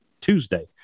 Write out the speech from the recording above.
Tuesday